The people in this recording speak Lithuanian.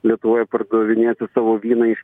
lietuvoje pardavinėti savo vyną iš